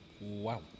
Wow